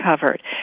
covered